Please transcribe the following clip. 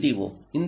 ஓ இந்த எஸ்